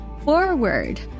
forward